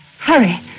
Hurry